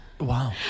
Wow